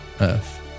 Earth